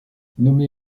nommé